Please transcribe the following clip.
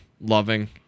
loving